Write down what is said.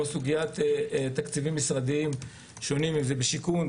סוגיית תקציבים משרדיים שונים אם זה בשיכון,